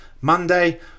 Monday